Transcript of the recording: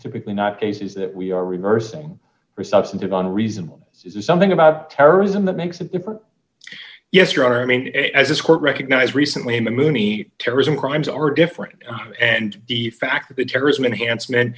typically not cases that we are reversing or substantive on reasonable something about terrorism that makes a difference yes you are i mean as this court recognized recently a moonie terrorism crimes are different and the fact that the terrorism enhancement